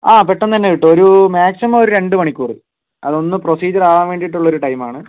ആ പെട്ടെന്നുതന്നെ കിട്ടും ഒരൂ മാക്സിമം ഒരു രണ്ട് മണിക്കൂർ അതൊന്ന് പ്രൊസീജ്യറ് ആവാൻ വേണ്ടിയിട്ടുള്ളൊരു ടൈമാണ്